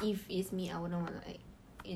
is different